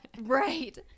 Right